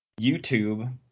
YouTube